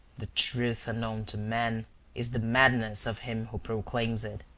the truth unknown to man is the madness of him who proclaims it.